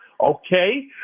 okay